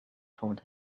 told